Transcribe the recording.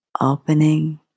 opening